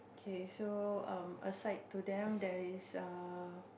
okay so um aside to them there is err